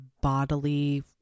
bodily